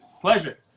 Pleasure